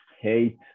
hate